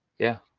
yeah.